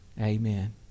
Amen